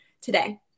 today